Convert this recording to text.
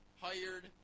hired